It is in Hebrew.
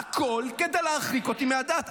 הכול כדי להרחיק אותי מהדת.